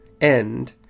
end